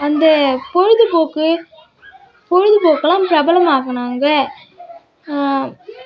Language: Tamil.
அந்த பொழுதுபோக்கு பொழுதுபோக்கெலாம் பிரபலமாக்குனாங்க